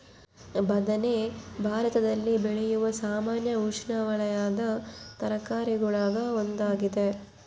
ಬದನೆ ಭಾರತದಲ್ಲಿ ಬೆಳೆಯುವ ಸಾಮಾನ್ಯ ಉಷ್ಣವಲಯದ ತರಕಾರಿಗುಳಾಗ ಒಂದಾಗಿದೆ